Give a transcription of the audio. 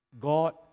God